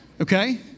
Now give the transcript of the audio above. Okay